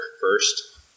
first